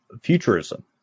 futurism